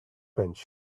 bench